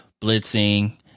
blitzing